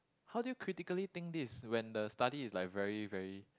how do you critically think this when the study is like very very